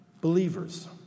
believers